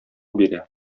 бирә